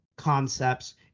concepts